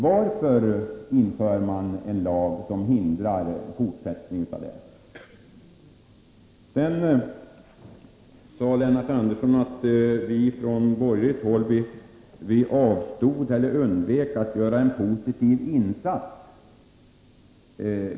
Varför inför man en lag som förhindrar en fortsatt sådan ordning? Lennart Andersson sade att vi från borgerligt håll avstod från eller undvek att göra en positiv insats.